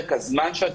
הוא